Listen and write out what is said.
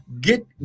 get